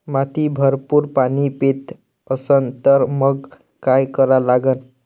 माती भरपूर पाणी पेत असन तर मंग काय करा लागन?